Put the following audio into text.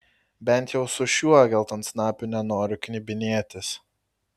bent jau su šiuo geltonsnapiu nenoriu knibinėtis